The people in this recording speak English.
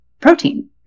protein